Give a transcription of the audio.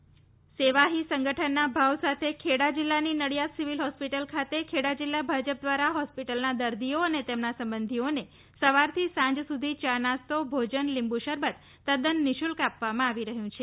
નિશુલ્ક ભોજન સેવા ઠી સંગઠનના ભાવ સાથે ખેડા જિલ્લાની નડીઆદ સિવિલ હોસ્પિટલ ખાતે ખેડા જિલ્લા ભાજપ દ્વારા હોસ્પિટલના દર્દીઓ અને તેમના સંબંધીઓને સવારથી સાંજ સુધી ચા નાસ્તો ભોજન લીંબુ શરબત તદ્દન નિશુલ્ક આપવામાં આવી રહ્યું છે